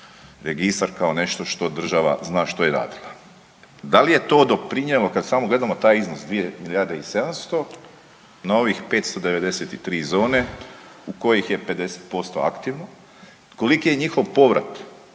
registar, kao nešto što država zna što je radila. Da li je to doprinijelo kad samo gledamo taj iznos 2 milijarde i 700, na ovih 593 zone u kojih je 50% aktivno, koliki je njihov povrat,